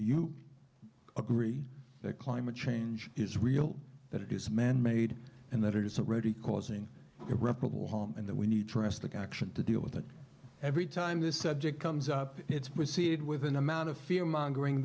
you agree that climate change is real that it is man made and that it is a ready causing irreparable harm and that we need to arrest the action to deal with it every time this subject comes up it's proceed with an amount of fear mongering